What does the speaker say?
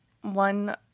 one